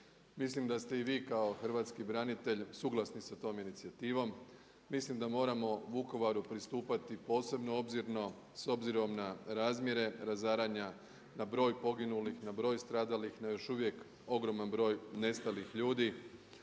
Mislim da ste i vi kao hrvatski branitelj suglasni sa tom inicijativom, mislim da moramo Vukovaru pristupati posebno obzirno s obzirom na razmjere razaranja, na broj poginulih, na broj stradalih na još uvijek ogroman broj nestalih ljudi.